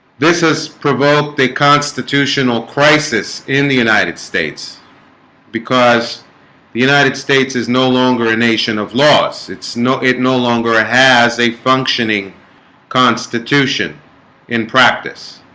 this has provoked a constitutional crisis in the united states because the united states is no longer a nation of laws. it's no it. no longer and has a functioning constitution in practice